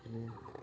बेनो